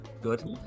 Good